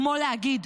כמו להגיד: